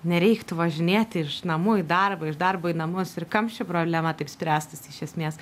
nereiktų važinėti iš namų į darbą iš darbo į namus ir kamščių problema taip spręstųsi iš esmės